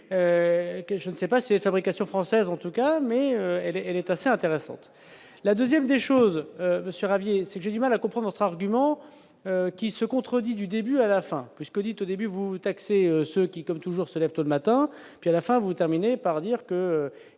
je ne sais pas ses fabrications française en tout cas, mais elle est, elle est assez intéressante, la 2ème des choses Monsieur Ravier c'est j'ai du mal à comprendre votre argument qui se contredit du début à la fin que ce que dit au début vous taxer ceux qui, comme toujours, se lève tôt le matin, puis à la fin, vous terminez par dire qu'il